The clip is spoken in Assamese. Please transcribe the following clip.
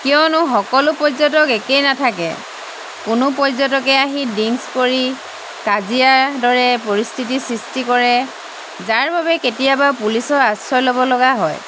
কিয়নো সকলো পৰ্য্যটক একেই নাথাকে কোনো পৰ্য্যটকে আহি ডিংকচ কৰি কাজিয়াৰ দৰে পৰিস্থিতি সৃষ্টি কৰে যাৰ বাবে কেতিয়াবা পুলিচৰ আশ্ৰয় ল'ব লগা হয়